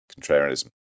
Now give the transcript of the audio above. contrarianism